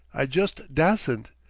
i just dassent!